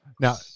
Now